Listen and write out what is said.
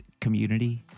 community